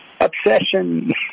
Obsession